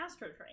Astrotrain